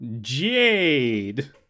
jade